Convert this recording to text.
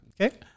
Okay